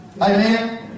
Amen